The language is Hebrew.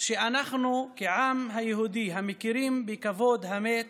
שאנחנו כעם היהודי, המכירים בכבוד המת